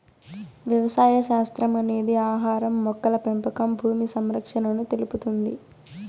వ్యవసాయ శాస్త్రం అనేది ఆహారం, మొక్కల పెంపకం భూమి సంరక్షణను తెలుపుతుంది